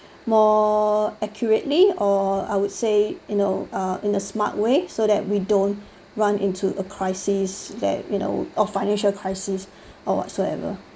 more accurately or I would say you know uh in a smart way so that we don't run into a crisis that you know or financial crisis or whatsoever